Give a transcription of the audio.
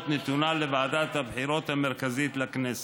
נתונה לוועדת הבחירות המרכזית לכנסת,